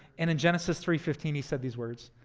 and in genesis three fifteen he said these words